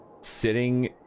sitting